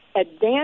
advanced